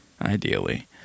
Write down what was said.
Ideally